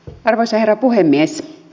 arvoisa herra puhemies